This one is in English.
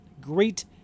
great